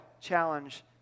challenge